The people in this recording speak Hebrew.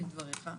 כדבריך,